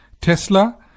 Tesla